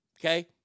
Okay